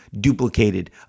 duplicated